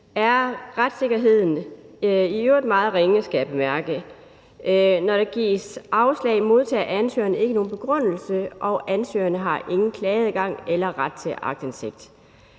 er retssikkerheden i øvrigt meget ringe, skal jeg bemærke. Når der gives afslag, modtager ansøgeren ikke nogen begrundelse, og ansøgeren har ingen klageadgang eller ret til aktindsigt.